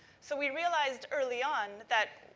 so, we realised early on that,